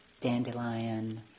dandelion